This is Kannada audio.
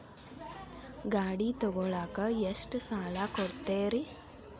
ಗಾಡಿ ತಗೋಳಾಕ್ ಎಷ್ಟ ಸಾಲ ಕೊಡ್ತೇರಿ?